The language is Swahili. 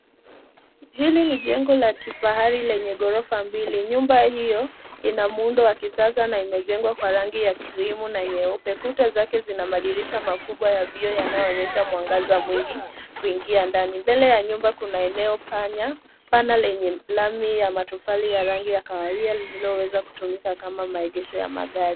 Hili ni jengo la kifahari lenye ghorofa mbili. Nyumba hiyo inamuundo wa kisasa na imejengwa kwa rangi ya krimu na nyeupe. Kuta za nyumba zina madirisha makubwa ya vioo yanayoonyesha mwangaza mwingi kuingia ndani. Mbele ya nyumba kuna eneo pana lenye lami ya mofali ya rangi kawaida lililo weza kutumika kama sehemu ya maegesho ya magari.